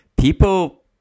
people